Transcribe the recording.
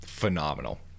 phenomenal